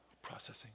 Processing